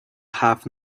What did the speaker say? have